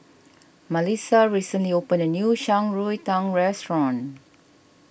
Malissa recently opened a new Shan Rui Tang Restaurant